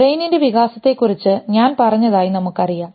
ബ്രെയിനിൻറെ വികാസത്തെക്കുറിച്ച് ഞാൻ പറഞ്ഞതായി നമുക്കറിയാം